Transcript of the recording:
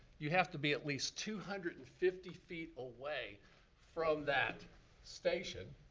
you have to be at least two hundred and fifty feet away from that station